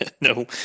No